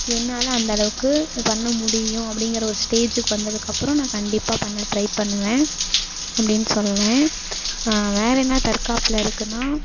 என்னால் அந்தளவுக்கு இது பண்ண முடியும் அப்படிங்கிற ஒரு ஸ்டேஜுக்கு வந்ததுக்கப்புறம் நான் கண்டிப்பாக பண்ண ட்ரை பண்ணுவேன் அப்படின்னு சொல்கிறேன் வேறு என்ன தற்காப்பில் இருக்குன்னால்